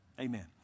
Amen